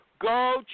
Go